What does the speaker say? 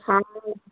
हाँ